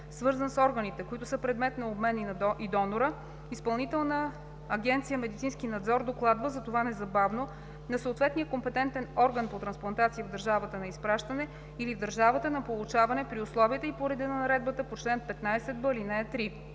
свързан с органите, които са предмет на обмен, и донора, Изпълнителна агенция „Медицински надзор“ докладва за това незабавно на съответния компетентен орган по трансплантация в държавата на изпращане или в държавата на получаване при условията и по реда на наредбата по чл. 15б, ал. 3.